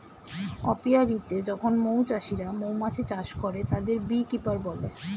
অপিয়া রীতে যখন মৌ চাষিরা মৌমাছি চাষ করে, তাদের বী কিপার বলে